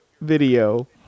video